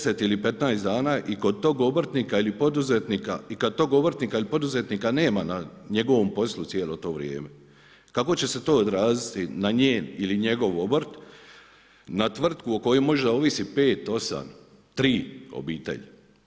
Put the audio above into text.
10 ili 15 dana i kod tog obrtnika ili poduzetnika i kad tog obrtnika ili poduzetnika nema na njegovom poslu cijelo to vrijeme kako će se to odraziti na njen ili njegov obrt, na tvrtku o kojoj možda ovisi 5, 8, 3 obitelji.